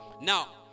Now